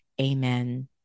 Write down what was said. Amen